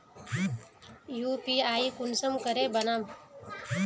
UPI कुंसम करे बनाम?